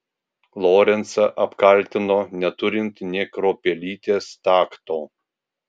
lorencą apkaltino neturint nė kruopelytės takto